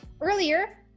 earlier